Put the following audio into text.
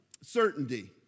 Certainty